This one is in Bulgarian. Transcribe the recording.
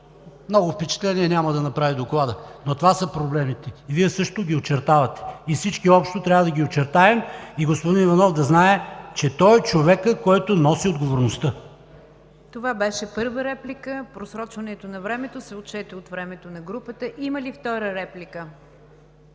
Много впечатление Докладът няма да направи, но това са проблемите. Вие също ги очертавате и всички общо трябва да ги очертаем – господин Иванов да знае, че той е човекът, който носи отговорността. ПРЕДСЕДАТЕЛ НИГЯР ДЖАФЕР: Това беше първа реплика. Просрочването на времето се отчете от времето на групата. Има ли втора реплика?